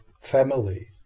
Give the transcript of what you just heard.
family